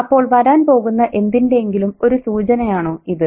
അപ്പോൾ വരാൻ പോകുന്ന എന്തിന്റെയെങ്കിലും ഒരു സൂചനയാണോ ഇത്